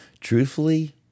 Truthfully